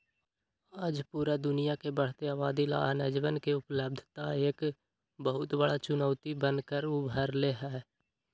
आज पूरा दुनिया के बढ़ते आबादी ला अनजवन के उपलब्धता एक बहुत बड़ा चुनौती बन कर उभर ले है